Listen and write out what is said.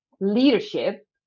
leadership